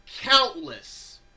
countless